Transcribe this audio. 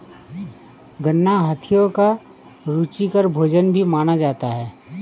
गन्ना हाथियों का रुचिकर भोजन भी माना जाता है